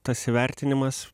tas įvertinimas